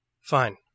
Fine